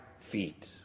feet